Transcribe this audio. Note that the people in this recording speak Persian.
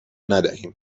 ندهیم